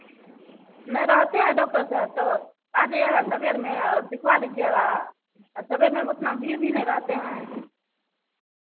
नहीं रहते हैं डॉक्टर साहेब तो आ जाइएगा सबेर में और दिखवा लीजिएगा आ सवेर में उतना भीड़ भी नहीं रहते हैं